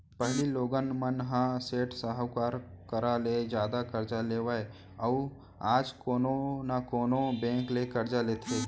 पहिली लोगन मन ह सेठ साहूकार करा ले जादा करजा लेवय अउ आज कोनो न कोनो बेंक ले करजा लेथे